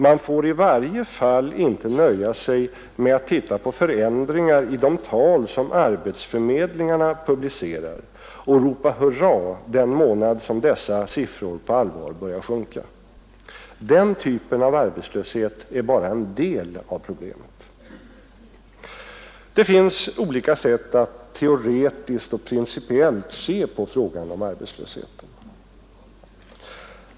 Man får i varje fall inte nöja sig med att titta på förändringar i de tal som arbetsförmedlingarna publicerar och ropa hurra den månad dessa siffror på allvar börjar sjunka. Den typen av arbetslöshet är bara en del av problemet. Det finns olika sätt att teoretiskt och principiellt se på frågan om arbetslösheten.